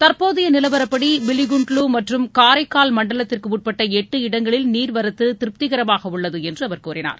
தற்போதைய நிலவரப்படி பில்லிகுண்டுலு மற்றம் காரைக்கால் மண்டலத்திற்குட்பட்ட எட்டு இடங்களில் நீர்வரத்து திருப்திகரமாக உள்ளது என்று கூறினார்